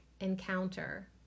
encounter